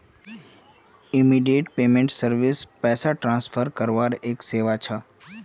immediate payment service पैसा transfer करवार एक सेवा छ